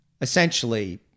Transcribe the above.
Essentially